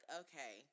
okay